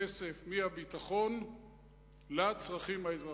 כסף מהביטחון לצרכים האזרחיים.